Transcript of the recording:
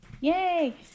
Yay